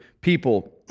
people